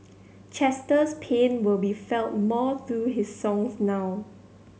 Chester's pain will be felt more through his songs now